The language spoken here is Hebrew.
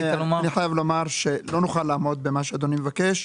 אני חייב לומר שלא נוכל לעמוד במה שאדוני מבקש,